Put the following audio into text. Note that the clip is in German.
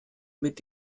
mit